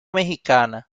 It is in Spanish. mexicana